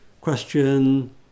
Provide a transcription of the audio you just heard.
question